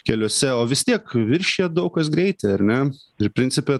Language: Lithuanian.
keliuose o vis tiek viršija daug kas greitį ar ne ir principe